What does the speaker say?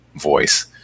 voice